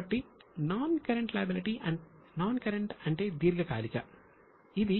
కాబట్టి non current అంటే దీర్ఘకాలిక ఇది